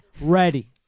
Ready